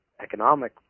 economic